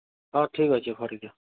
ହଁ ଠିକ୍ ଅଛେ ଦିଅ